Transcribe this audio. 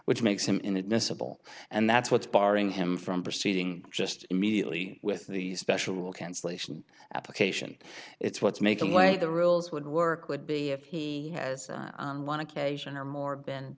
which makes him inadmissible and that's what's barring him from proceeding just immediately with the special cancellation application it's what's making the way the rules would work would be if he has one occasion or more been